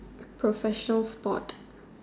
professional sport